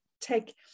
take